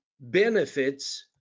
benefits